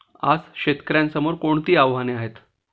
आज शेतकऱ्यांसमोर कोणती आव्हाने आहेत?